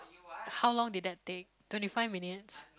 how long did that take twenty five minutes